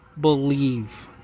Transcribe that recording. believe